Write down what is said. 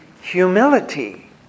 humility